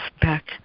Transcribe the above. back